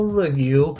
review